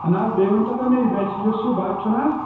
نہٕ حظ بیٚیہِ ؤنۍ تو مےٚ یہِ مےٚ یُس یہِ بچہٕ چھُنہٕ حظ